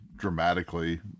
dramatically